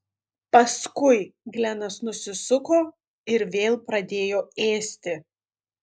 paskui glenas nusisuko ir vėl pradėjo ėsti